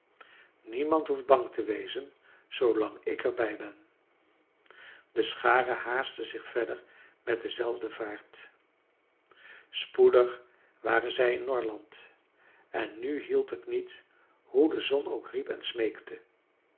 niemand hoeft bang te wezen zoolang ik er bij ben de schare haastte zich verder met dezelfde vaart spoedig waren zij in norrland en nu hielp het niet hoe de zon ook riep en smeekte